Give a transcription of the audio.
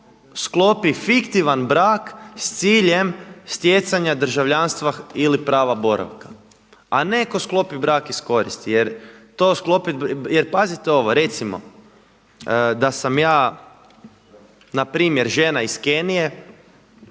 sklopi fiktivan brak s ciljem stjecanja državljanstva ili prava boravka a ne ko sklopi brak iz koristi. Jer to sklopiti brak, jer pazite ovo recimo da sam ja npr. žena iz Kenije